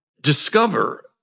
discover